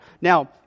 Now